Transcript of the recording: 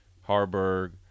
Harburg